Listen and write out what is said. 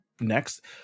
next